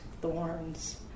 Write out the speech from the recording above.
thorns